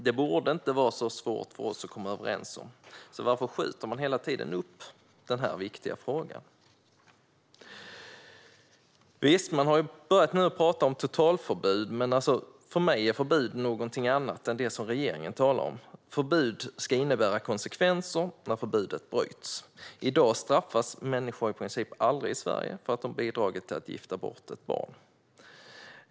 Det borde inte vara så svårt för oss att komma överens om det, så varför skjuter man hela tiden upp denna viktiga fråga? Visst, man har nu börjat prata om totalförbud, men för mig är förbud någonting annat än det regeringen talar om. Förbud ska innebära konsekvenser när förbudet bryts. I dag straffas människor i princip aldrig i Sverige för att de har bidragit till att gifta bort ett barn.